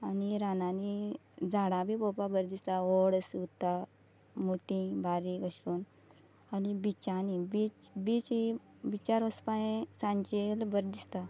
आनी रानांनी झाडां बी पोवपाक बरीं दिसता वड मोटीं बारीक अश कोन्न आनी बिचांनी बीच बीच ही बिचार वचपा हें सांजे बरें दिसता